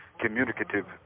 communicative